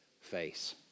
face